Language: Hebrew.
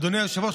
אדוני היושב-ראש,